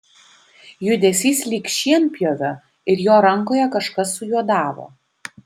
judesys lyg šienpjovio ir jo rankoje kažkas sujuodavo